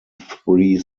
three